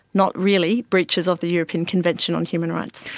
not really breaches of the european convention on human rights.